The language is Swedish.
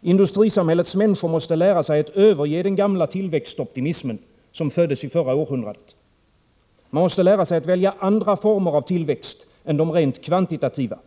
Industrisamhällets människor måste lära sig att överge den gamla tillväxtoptimismen, som föddes i förra århundradet. Man måste lära sig att välja andra former av tillväxt än de rent kvantitativa.